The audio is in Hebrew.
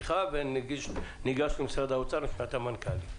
אחר כך משרד האוצר ואחריו המנכ"לית.